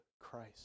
Christ